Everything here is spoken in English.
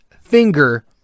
finger